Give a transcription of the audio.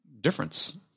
difference